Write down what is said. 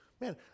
Man